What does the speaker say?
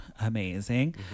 Amazing